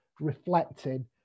reflecting